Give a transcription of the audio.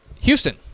Houston